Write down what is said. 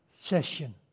session